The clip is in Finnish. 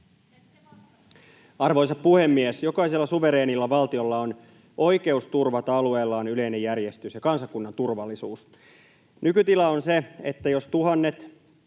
Arvoisa puhemies! Jokaisella suvereenilla valtiolla on oikeus turvata alueellaan yleinen järjestys ja kansakunnan turvallisuus. Nykytila on se, että jos tuhannet,